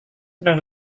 sedang